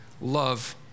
love